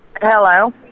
Hello